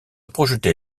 projeté